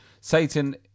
Satan